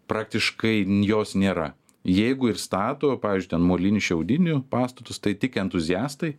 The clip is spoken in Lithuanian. praktiškai jos nėra jeigu ir stato pavyzdžiui ten molinių šiaudinių pastatus tai tik entuziastai